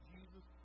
Jesus